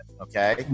okay